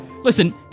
Listen